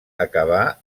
acabà